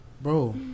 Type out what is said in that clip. Bro